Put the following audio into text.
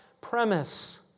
premise